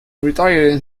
retiring